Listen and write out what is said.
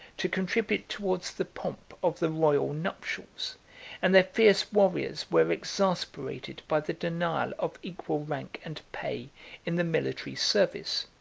to contribute towards the pomp of the royal nuptials and their fierce warriors were exasperated by the denial of equal rank and pay in the military service.